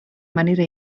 manera